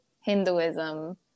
Hinduism